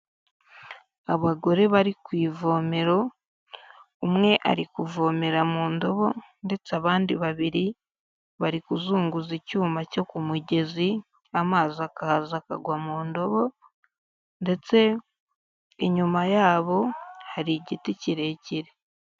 Abagore bari ku ivomero, umwe ari kuvomera mu ndobo ndetse abandi babiri bari kuzunguza icyuma cyo ku mugezi, amazi akaza akagwa mu ndobo ndetse inyuma yabo hari igiti kirekire.